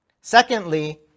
Secondly